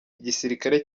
igisirikare